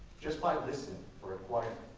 just by listening for a choir,